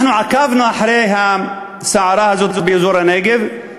אנחנו עקבנו אחרי הסערה הזאת באזור הנגב.